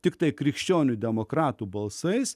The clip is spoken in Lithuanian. tiktai krikščionių demokratų balsais